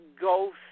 ghost